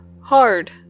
Hard